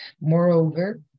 Moreover